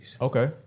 okay